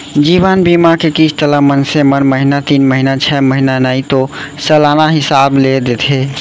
जीवन बीमा के किस्त ल मनसे मन महिना तीन महिना छै महिना नइ तो सलाना हिसाब ले देथे